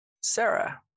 Sarah